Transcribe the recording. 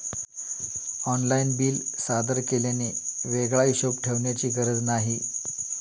online bill सादर केल्याने वेगळा हिशोब ठेवण्याची गरज नाही